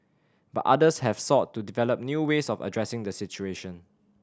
but others have sought to develop new ways of addressing the situation